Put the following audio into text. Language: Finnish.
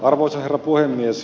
arvoisa herra puhemies